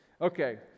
Okay